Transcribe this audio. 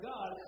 God